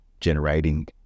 generating